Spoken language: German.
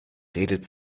redet